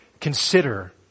consider